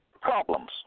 problems